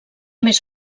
més